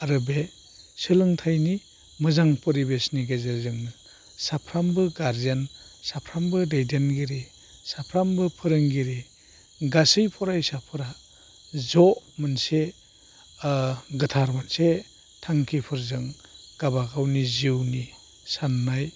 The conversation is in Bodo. आरो बे सोलोंथाइनि मोजां फरिबेसनि गेजेरजोंनो साफ्रामबो गारजेन साफ्रामबो दैदेनगिरि साफ्रामबो फोरोंगिरि गासै फरायसाफोरा ज' मोनसे गोथार मोनसे थांखिफोरजों गाबागावनि जिउनि साननाय